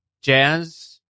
Jazz